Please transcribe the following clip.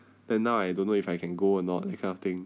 then now I don't know if I can go or not that kind of thing